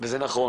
וזה נכון